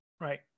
Right